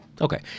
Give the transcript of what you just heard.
Okay